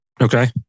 Okay